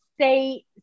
say